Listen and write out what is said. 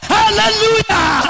hallelujah